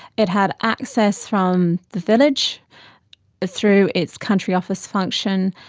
it had access from the village through its country office function,